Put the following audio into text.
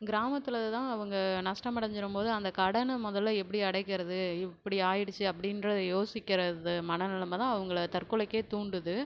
கிராமத்தில் தான் அவங்க நஷ்டம் அடைஞ்சிரும் போது அந்த கடனை முதல்ல எப்படி அடைக்கிறது இப்படி ஆகிடுச்சே அப்படின்ற யோசிக்கிற இது மனநிலம தான் அவங்கள தற்கொலைக்கே தூண்டுது